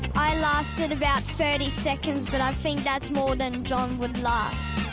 i lasted about thirty seconds but i think that's more than john would last.